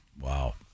Wow